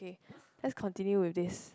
okay let's continue with this